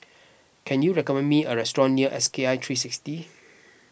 can you recommend me a restaurant near S K I three sixty